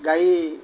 ଗାଈ